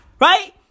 Right